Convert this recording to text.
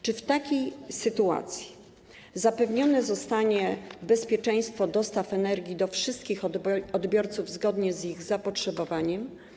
Czy w takiej sytuacji zapewnione zostanie bezpieczeństwo dostaw energii do wszystkich odbiorców zgodnie z ich zapotrzebowaniem?